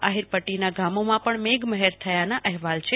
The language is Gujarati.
આહીર પદ્દીના ગામોમાં પણ મેઘમહેર થયાના અહેવાલ છે